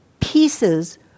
pieces